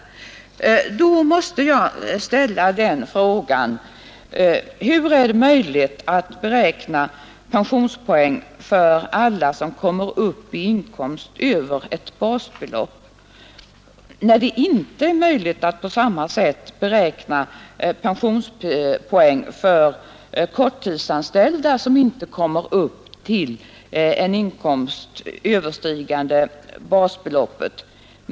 Då måste jag ställa den frågan: Hur är det möjligt att beräkna pensionspoäng för alla som kommer upp i inkomst över eft basbelopp när man inte på samma sätt kan beräkna pensionspoäng för korttidsanställda som inte kommer upp till en inkomst överstigande basbeloppet?